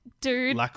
dude